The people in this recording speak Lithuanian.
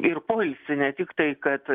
ir poilsį ne tik tai kad